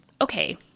okay